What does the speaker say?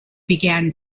began